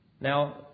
Now